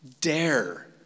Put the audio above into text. Dare